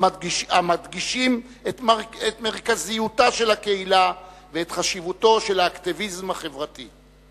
המדגישים את מרכזיותה של הקהילה ואת חשיבותו של האקטיביזם החברתי.